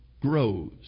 grows